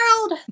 world